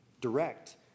direct